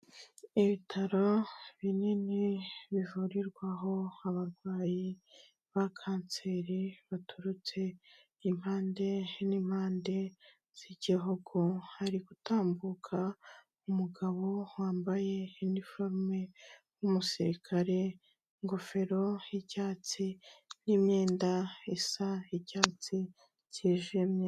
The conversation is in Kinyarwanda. Ibitaro binini bivurirwaho abarwayi ba kanseri, baturutse impande n'impande z'igihugu, hari gutambuka umugabo wambaye iniforume w'umusirikare, ingofero y'icyatsi n'imyenda isa icyatsi cyijimye.